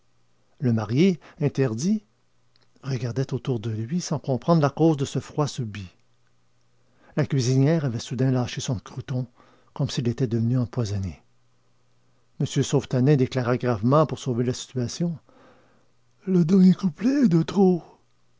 le marié interdit regardait autour de lui sans comprendre la cause de ce froid subit la cuisinière avait soudain lâché son croûton comme s'il était devenu empoisonné m sauvetanin déclara gravement pour sauver la situation le dernier couplet est de trop